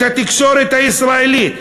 את התקשורת הישראלית,